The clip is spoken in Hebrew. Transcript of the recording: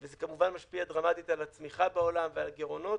וזה כמובן משפיע דרמטית על הצמיחה בעולם ועל הגירעונות.